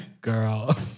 Girl